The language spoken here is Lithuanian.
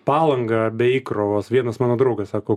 palangą be įkrovos vienas mano draugas sako